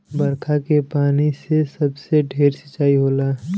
बरखा के पानी से सबसे ढेर सिंचाई होला